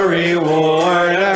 reward